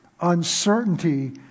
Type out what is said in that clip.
uncertainty